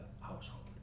household